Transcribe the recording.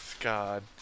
God